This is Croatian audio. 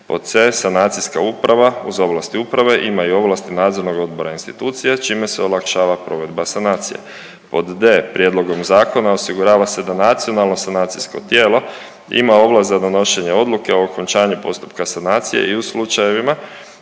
Pod C, sanacijska uprava uz ovlasti uprave ima i ovlasti nadzornog odbora institucija čime se olakšava provedba sanacije. Pod D, prijedlogom zakona osigurava se da nacionalno sanacijsko tijelo ima ovlast za donošenje odluke o okončanju postupka sanacije i u slučajevima